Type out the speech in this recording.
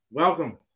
Welcome